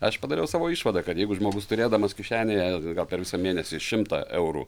aš padariau savo išvadą kad jeigu žmogus turėdamas kišenėje gal per visą mėnesį šimtą eurų